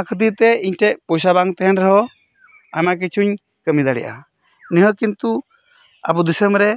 ᱚᱱᱟ ᱠᱷᱟᱹᱛᱤᱨ ᱛᱮ ᱤᱧᱴᱷᱮᱡ ᱯᱚᱭᱥᱟ ᱵᱟᱝ ᱛᱟᱦᱮᱱ ᱨᱮᱦᱚᱸ ᱟᱭᱢᱟ ᱠᱤᱪᱷᱩᱧ ᱠᱟᱹᱢᱤ ᱫᱟᱲᱮᱭᱟᱜᱼᱟ ᱱᱤᱭᱟᱹ ᱠᱤᱱᱛᱩ ᱟᱵᱚ ᱫᱤᱥᱟᱹᱢ ᱨᱮ